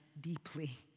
deeply